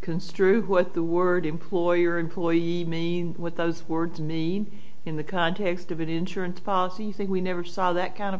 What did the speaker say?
construe what the word employer employee mean what those words mean in the context of it insurance policy think we never saw that kind of